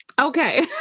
okay